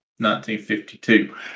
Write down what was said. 1952